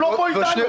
הן לא פה איתנו.